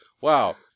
wow